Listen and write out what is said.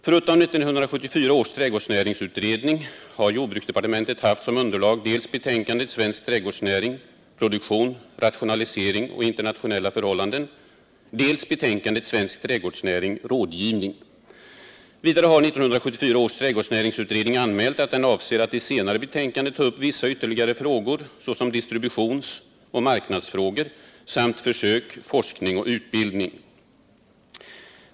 Förutom 1974 års trädgårdsnäringsutredning har jordbruksdepartementet som underlag haft dels betänkandet Svensk trädgårdsnäring: Produktion, rationalisering och internationella förhållanden, dels betänkandet Svensk trädgårdsnäring: Rådgivning. Vidare har 1974 års trädgårdsnäringsutredning anmält att den avser att i senare betänkande ta upp vissa ytterligare frågor, såsom distributionsoch marknadsfrågor, samt frågor om försök, forskning och utbildning.